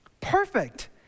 Perfect